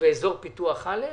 ואזור פיתוח א',